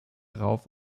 rauf